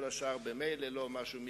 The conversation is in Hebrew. וכל השאר ממילא לא משהו מיוחד.